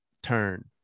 turn